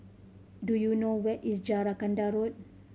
do you know where is Jacaranda Road